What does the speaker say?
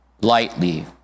lightly